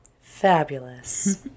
fabulous